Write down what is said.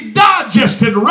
digested